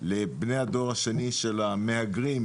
לבני הדור השני של המהגרים,